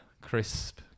crisp